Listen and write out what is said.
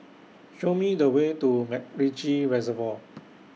Show Me The Way to Macritchie Reservoir